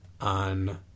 on